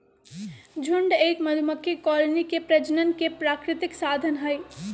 झुंड एक मधुमक्खी कॉलोनी के प्रजनन के प्राकृतिक साधन हई